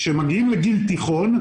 כשמגיעים לגיל תיכון,